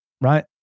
right